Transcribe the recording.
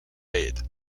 aid